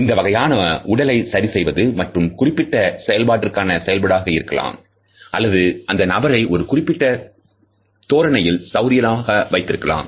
இந்த வகையான உடலை சரி செய்வது ஒரு குறிப்பிட்ட செயல்பாட்டிற்கான செயல்பாடாக இருக்கலாம் அல்லது அந்த நபரை ஒரு குறிப்பிட்ட தோரணையில் சௌகரியமாக வைத்திருக்கலாம்